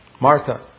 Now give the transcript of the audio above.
Martha